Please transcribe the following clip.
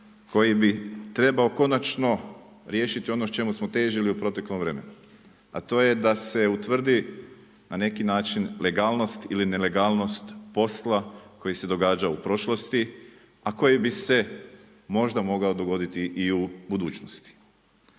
koji bi trebao konačno riješiti ono čemu smo težili u proteklom vremenu. A to je da se utvrdi na neki način legalnost ili nelegalnost posla koji se događa u prošlosti a koji bi se možda mogao dogoditi i u budućnosti.